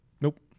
Nope